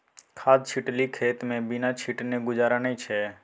खाद छिटलही खेतमे बिना छीटने गुजारा नै छौ